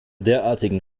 derartigen